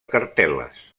cartel·les